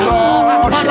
Lord